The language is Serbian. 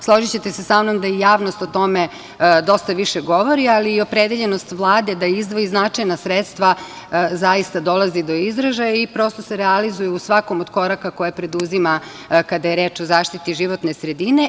Složićete se sa mnom da i javnost o tome dosta više govori, ali i opredeljenost Vlade da izdvoji značajna sredstva zaista dolazi do izražaja i prosto se realizuje u svakom od koraka koje preduzima kada je reč o zaštiti životne sredine.